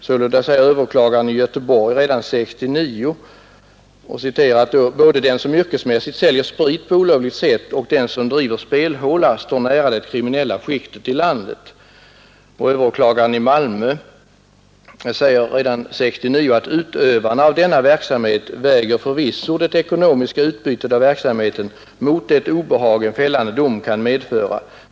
Sålunda säger överåklagaren i Göteborg redan 1969: ”Både den, som yrkesmässigt säljer sprit på olovligt sätt, och den, som driver spelhåla, står nära det kriminella skiktet i landet ———.” Överåklagaren i Malmö säger också redan 1969: ”Utövarna av denna verksamhet väger förvisso det ekonomiska utbytet av verksamheten mot det obehag en fällande dom kan medföra.